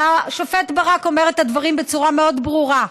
השופט ברק אומר את הדברים בצורה מאוד ברורה: